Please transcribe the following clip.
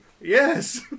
Yes